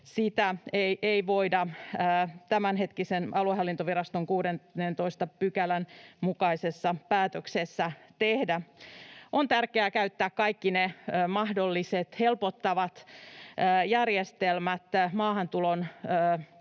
sitä ei voida tämänhetkisen aluehallintoviraston 16 §:n mukaisessa päätöksessä tehdä.” On tärkeää käyttää kaikki ne mahdolliset helpottavat järjestelmät maahantulon